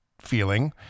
feeling